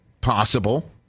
possible